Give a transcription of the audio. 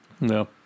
No